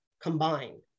combined